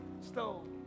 stone